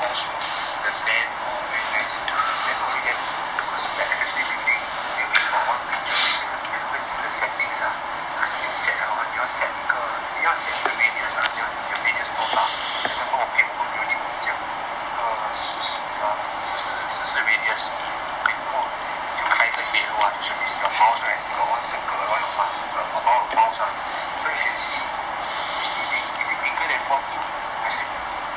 all smooth smooth the band all very nice then not only that cause like especially building then we got one feature you can you can go and do the settings ah the setting set 了 hor 你要 set 一个你要 set 你的 radius ah 你要你的 radius 多大 example okay 我们 building 我们讲一个十四 radius 然后你就开一个 halo ah 就是 means your mouse right you got one circle around your mouse right so you can see this building is it bigger than fourteen 还是